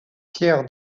pierre